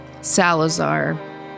Salazar